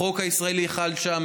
החוק הישראלי חל שם.